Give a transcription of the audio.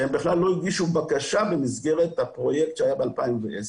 שהם בכלל לא הגישו בקשה במסגרת הפרויקט שהיה באלפיים ועשר,